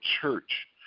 church